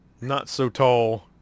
not-so-tall